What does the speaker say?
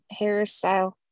hairstyle